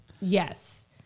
Yes